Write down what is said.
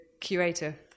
curator